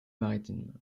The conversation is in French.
maritimes